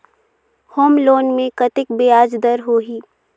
Home loan मे कतेक ब्याज दर होही?